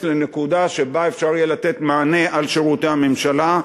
לנקודה שבה אפשר יהיה לתת מענה על שירותי הממשלה,